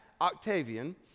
Octavian